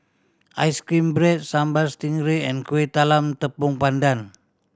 ice cream bread Sambal Stingray and Kueh Talam Tepong Pandan